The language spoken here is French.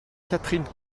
catherine